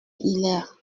hilaire